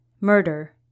murder